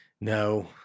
no